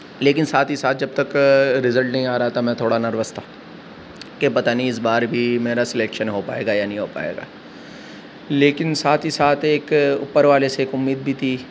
لیکن ساتھ ہی ساتھ جب تک ریزلٹ نہیں آ رہا تھا میں تھوڑا نروس تھا کہ پتا نہیں اس بار بھی میرا سلیکشن ہو پائے گا یا نہیں ہو پائے گا لیکن ساتھ ہی ساتھ ایک اوپر والے سے ایک امید بھی تھی